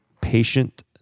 patient